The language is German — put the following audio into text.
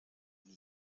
nie